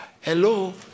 hello